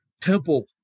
temple